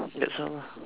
that's all lah